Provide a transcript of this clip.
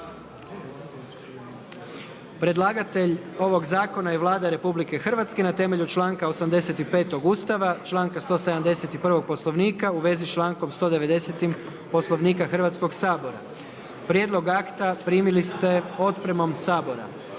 Predlagatelj ovog zakona je Vlada RH na temelju članka 85. Ustava, članka 171. Poslovnika u vezi s člankom 190. Poslovnika Hrvatskog sabora. Prijedlog akta primili ste otpremom Sabora.